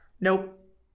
Nope